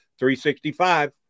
365